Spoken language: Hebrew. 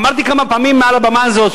אמרתי כמה פעמים מעל הבמה הזאת,